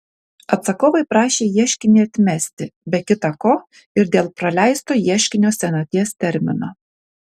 atsakovai prašė ieškinį atmesti be kita ko ir dėl praleisto ieškinio senaties termino